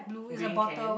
green can